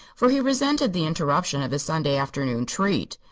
for he resented the interruption of his sunday afternoon treat.